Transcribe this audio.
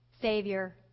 savior